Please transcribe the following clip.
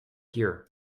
here